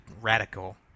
radical